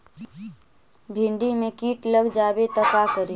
भिन्डी मे किट लग जाबे त का करि?